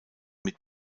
mit